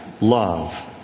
love